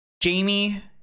jamie